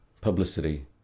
publicity